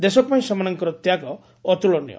ଦେଶପାଇଁ ସେମାନଙ ତ୍ୟାଗ ଅତୁଳନୀୟ